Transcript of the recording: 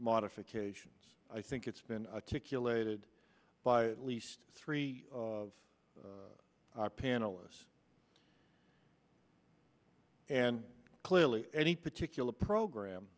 modifications i think it's been a to kill aided by at least three of our panelists and clearly any particular program